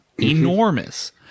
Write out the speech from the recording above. enormous